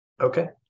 Okay